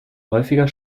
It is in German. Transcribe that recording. häufiger